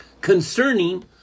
concerning